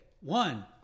One